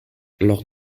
lors